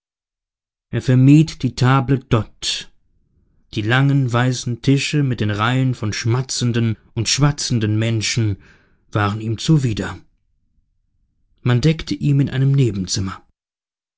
er vermied die table d'hote die langen weißen tische mit den reihen von schmatzenden und schwatzenden menschen waren ihm zuwider man deckte ihm in einem nebenzimmer